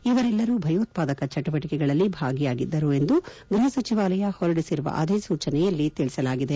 ಇವರೆಲ್ಲರೂ ಭಯೋತ್ವಾದಕ ಚಟುವಟಕೆಗಳಲ್ಲಿ ಭಾಗಿಯಾಗಿದ್ದರು ಎಂದು ಗೃಹ ಸಚಿವಾಲಯ ಹೊರಡಿಸಿರುವ ಅಧಿಸೂಚನೆಯಲ್ಲಿ ತಿಳಿಸಲಾಗಿದೆ